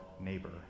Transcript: neighbor